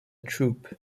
troupe